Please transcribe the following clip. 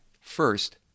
First